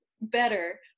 better